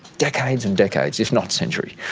decades and decades, if not centuries.